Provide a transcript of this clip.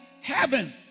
heaven